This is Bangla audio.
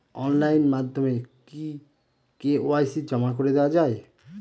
অনলাইন মাধ্যমে কি কে.ওয়াই.সি জমা করে দেওয়া য়ায়?